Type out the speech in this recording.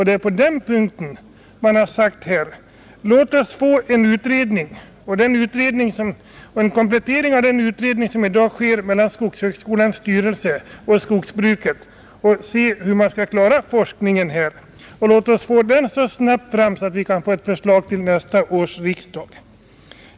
Det är på den punkten man har sagt: Låt oss få en utredning, en komplettering av den utredning som i dag sker inom skogshögskolans styrelse i samverkan med representanter för skogsindustrin, för att se hur man kan klara forskningen. Låt oss få den så snabbt att vi kan få ett förslag till nästa års riksdag.